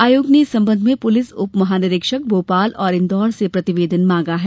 आयोग ने इस संबंध में पुलिस उप महानिरीक्षक भोपाल एवं इन्दौर से प्रतिवेदन मांगा है